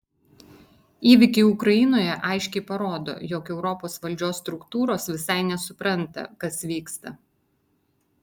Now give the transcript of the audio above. įvykiai ukrainoje aiškiai parodo jog europos valdžios struktūros visai nesupranta kas vyksta